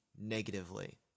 negatively